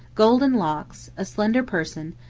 golden locks, a slender person,